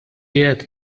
qiegħed